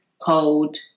cold